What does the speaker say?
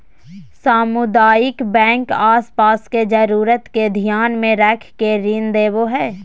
सामुदायिक बैंक आस पास के जरूरत के ध्यान मे रख के ऋण देवो हय